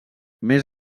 més